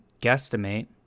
guesstimate